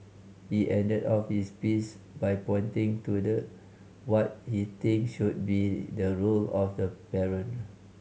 he ended off his piece by pointing to the what he thinks should be the role of the parent